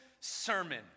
sermon